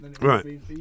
Right